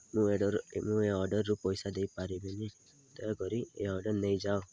ମୁଁ ଏ ଅର୍ଡ଼ର୍ ମୁଁ ଏ ଅର୍ଡ଼ର୍ର ପଇସା ଦେଇପାରିବିନି ତେଣୁକରି ଏ ଅର୍ଡ଼ର୍ର ନେଇଯାଅ